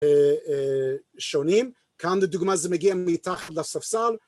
שונים כאן לדוגמה זה מגיע מתחת לספסל